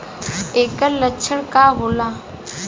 ऐकर लक्षण का होला?